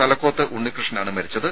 തലക്കോത്ത് ഉണ്ണികൃഷ്ണൻ ആണ് മരിച്ചത്